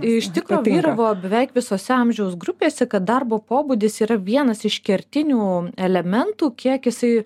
iš tikro vyravo beveik visose amžiaus grupėse kad darbo pobūdis yra vienas iš kertinių elementų kiek jisai